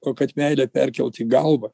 o kad meilę perkelt į galvą